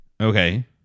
Okay